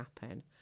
happen